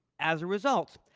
as a result.